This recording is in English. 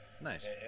Nice